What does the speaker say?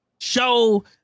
show